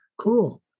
Cool